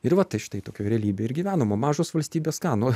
ir va tai štai tokioje realybėje ir gyvenam o mažos valstybės ką nu